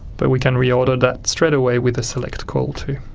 but we can reorder that straight away with a select call too.